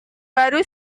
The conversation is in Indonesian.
baru